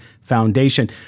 foundation